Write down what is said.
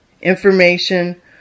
information